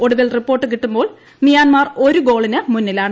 ഒടുവിൽ റിപ്പോർട്ട് കിട്ടുമ്പോൾ മ്യാൻമാർ ഒരു ഗോളിന് മുന്നിലാണ്